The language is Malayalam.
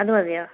അത് മതിയോ